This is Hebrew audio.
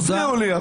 הפריעו לי.